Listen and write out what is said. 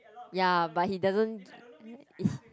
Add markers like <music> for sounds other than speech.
ya but he doesn't <noise>